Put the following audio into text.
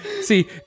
See